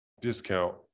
discount